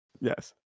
Yes